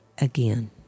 again